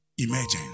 emergence